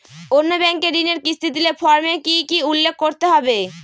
অন্য ব্যাঙ্কে ঋণের কিস্তি দিলে ফর্মে কি কী উল্লেখ করতে হবে?